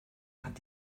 hat